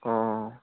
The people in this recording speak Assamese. অঁ